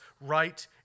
right